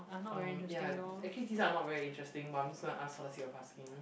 um ya actually these are not very interesting but I'm just gonna ask for the sake of asking